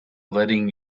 letting